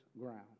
ground